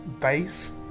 base